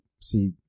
see